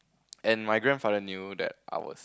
and my grandfather knew that I was